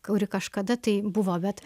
kuri kažkada tai buvo bet